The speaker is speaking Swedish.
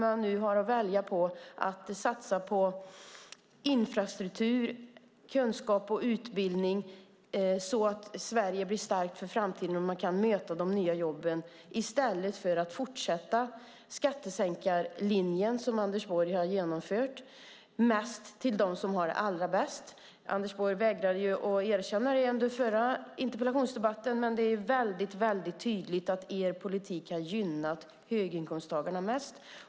Varför inte välja att satsa på infrastruktur, kunskap och utbildning så att Sverige blir starkt för framtiden och kan möta de nya jobben i stället för att fortsätta skattesänkarlinjen mest till dem som har det allra bäst? Anders Borg vägrade att erkänna det i den förra interpellationsdebatten, men det är tydligt att er politik har gynnat höginkomsttagarna mest.